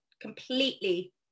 completely